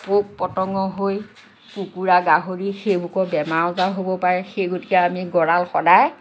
পোক পতংগ হৈ কুকুৰা গাহৰি সেইবোৰকো বেমাৰ আজাৰ হ'ব পাৰে সেই গতিকে আমি গঁৰাল সদায়